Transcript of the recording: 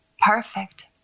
Perfect